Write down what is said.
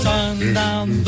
Sundown